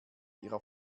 ihrer